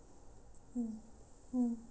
mm mm